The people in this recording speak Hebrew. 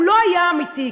הוא לא היה אמיתי,